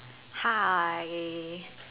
hi